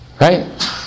right